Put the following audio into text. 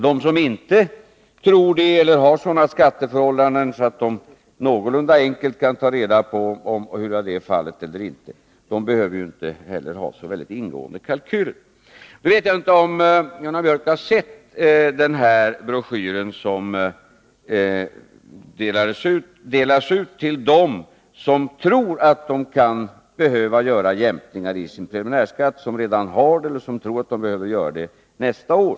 De som inte tror att de behöver begära jämkning eller som har sådana skatteförhållanden att de någorlunda enkelt kan ta reda på huruvida detta är fallet, behöver inte heller ha så väldigt noggranna kalkyler. Jag vet inte om Gunnar Biörck har sett den broschyr som delas ut till dem som tror att de kan behöva begära jämkning av sin preliminärskatt, till dem som redan har jämkning eller som tror att de behöver begära det nästa år.